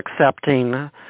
accepting